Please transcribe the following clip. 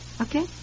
Okay